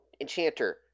enchanter